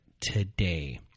today